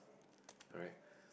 alright